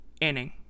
inning